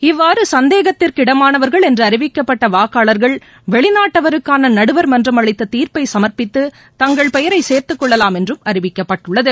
இவ்வாறு சந்தேகத்திற்கிடமானவர்கள் என்று அறிவிக்கப்பட்ட வாக்காளர்கள் வெளிநாட்டவருக்கான நடுவாமன்றம் அளித்த தீர்ப்பை சம்ப்பித்து தங்கள் பெயரை சேர்த்துக் கொள்ளவாம் என்றும் அறிவிக்கப்பட்டுள்ளது